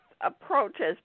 approaches